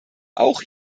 auch